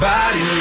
Body